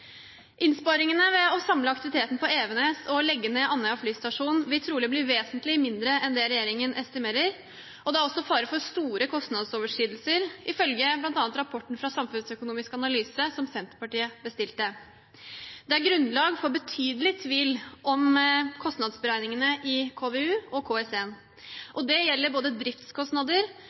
Innsparingen ved å samle aktiviteten på Evenes og legge ned Andøya flystasjon vil trolig bli vesentlig mindre enn det regjeringen estimerer. Det er også fare for store kostnadsoverskridelser, ifølge bl.a. rapporten fra Samfunnsøkonomisk Analyse, som Senterpartiet bestilte. Det er grunnlag for betydelig tvil om kostnadsberegningene i KVU og KS1. Det gjelder både driftskostnader,